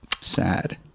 sad